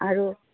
আৰু